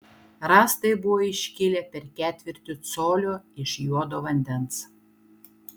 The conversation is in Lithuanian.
rąstai buvo iškilę per ketvirtį colio iš juodo vandens